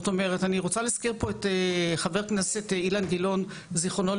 אני רוצה להזכיר פה את חבר הכנסת אילן גילאון ז"ל